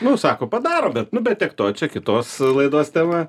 nu sako padaro bet nu bet tiek to čia kitos laidos tema